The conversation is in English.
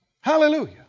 hallelujah